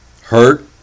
hurt